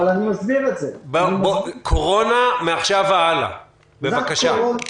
קורונה מעכשיו והלאה, בבקשה.